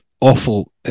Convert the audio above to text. awful